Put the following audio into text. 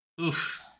oof